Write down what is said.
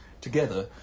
together